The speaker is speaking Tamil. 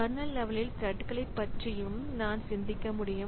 கர்னல் லெவலில் த்ரெட்களை பற்றியும் நான் சிந்திக்க முடியும்